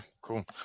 cool